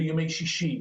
בימי שישי,